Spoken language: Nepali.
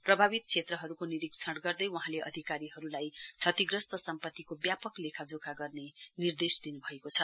प्रभावित क्षेत्रहरूको निरीक्षण गर्दै वहाँले अधिकारीहरूलाई क्षति भएका सम्पत्तिको व्यापक लेखाजोखा गर्ने निर्देश दिनुभएको छ